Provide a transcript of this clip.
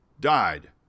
Died